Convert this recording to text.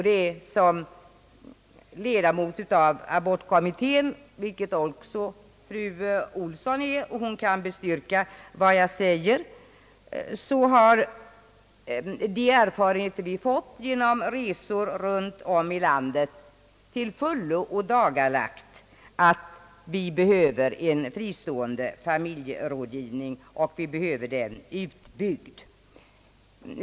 Det är som ledamot av abortkommittén, vilket också fru Olsson är, varför hon kan bestyrka vad jag säger, som jag vill påstå att de erfarenheter vi har fått genom resor runt om i landet till fullo ådagalagt att vi behöver en fristående familjerådgivning och att vi behöver den utbyggd.